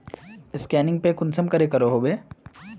Scanning पे कुंसम करे करो होबे?